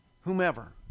whomever